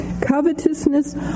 Covetousness